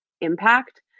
impact